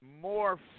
more